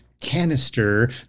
canister